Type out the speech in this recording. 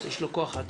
יש לו כוח עצום.